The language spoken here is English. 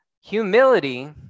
Humility